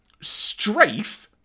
strafe